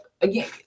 again